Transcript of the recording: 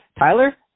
Tyler